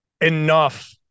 enough